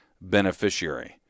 beneficiary